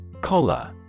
Cola